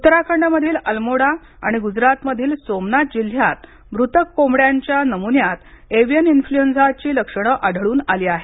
उत्तराखंडमधील अल्मोडा आणि गुजरातमधील सोमनाथ जिल्ह्यात मृत कोंबड्यांच्या नमुन्यात एवियन इंफ्लूएन्झाची लक्षणं आढळून आली आहेत